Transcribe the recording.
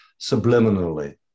subliminally